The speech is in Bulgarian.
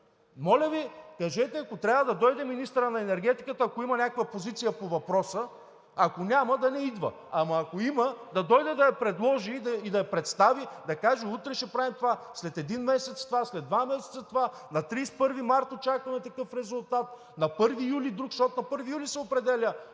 Моля Ви, кажете – ако трябва, да дойде министърът на енергетиката, ако има някаква позиция по въпроса. Ако няма, да не идва, ама ако има, да дойде да я предложи и да я представи, да каже: „Утре ще правим това, след един месец – това, след два месеца – това, на 31 март очакваме такъв резултат, на 1 юли – друг“, защото на 1 юли се определя